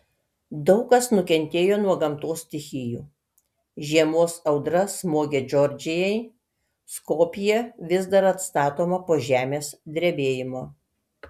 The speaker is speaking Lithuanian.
daug kas nukentėjo nuo gamtos stichijų žiemos audra smogė džordžijai skopjė vis dar atstatoma po žemės drebėjimo